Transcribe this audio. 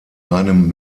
einem